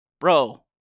Bro